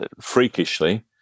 freakishly